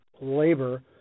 Labor